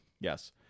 Yes